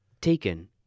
taken